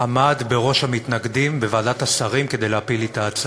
עמד בראש המתנגדים בוועדת השרים כדי להפיל לי את ההצעה?